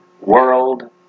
world